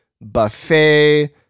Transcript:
Buffet